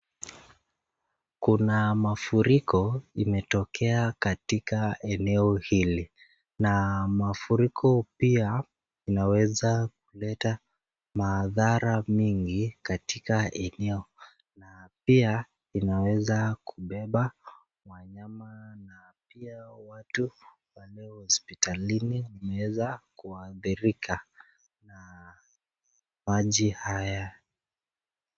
Kuna mafuriko imetokea katika eneo hili na mafuriko pia inaweza kuleta madhara mengi katika eneo na pia inaweza kubeba wanyama na pia watu na pale hospitalini kumeweza kuadhirika na maji haya.